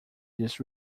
this